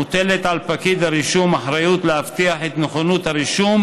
מוטלת על פקיד הרישום אחריות להבטיח את נכונות הרישום,